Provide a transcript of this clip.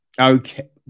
Okay